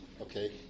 okay